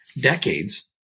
decades